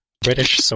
British